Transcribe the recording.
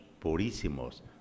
purísimos